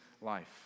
life